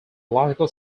logical